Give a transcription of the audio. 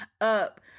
up